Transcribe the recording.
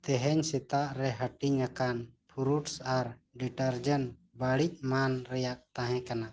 ᱛᱮᱦᱤᱧ ᱥᱮᱛᱟᱜ ᱨᱮ ᱦᱟᱹᱴᱤᱧ ᱟᱠᱟᱱ ᱟᱨ ᱵᱟᱹᱲᱤᱡ ᱢᱟᱱ ᱨᱮᱭᱟᱜ ᱛᱟᱦᱮᱸ ᱠᱟᱱᱟ